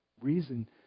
reason